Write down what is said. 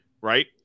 right